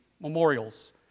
memorials